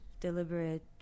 deliberate